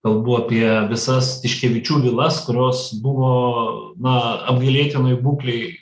kalbu apie visas tiškevičių vilas kurios buvo na apgailėtinoj būklei